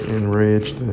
enraged